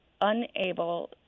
unable